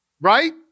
Right